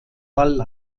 wall